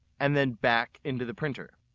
and then back into the printer.